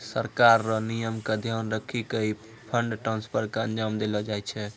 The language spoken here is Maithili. सरकार र नियम क ध्यान रखी क ही फंड ट्रांसफर क अंजाम देलो जाय छै